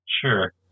sure